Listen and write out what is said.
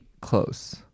close